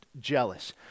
jealous